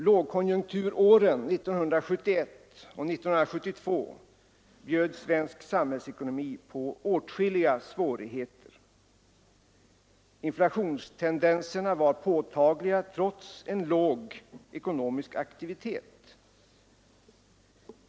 Lågkonjunkturåren 1971 och 1972 bjöd svensk samhällsekonomi på åtskilliga svårigheter. Inflationstendenserna var påtagliga trots en låg ekonomisk aktivitet.